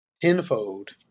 tenfold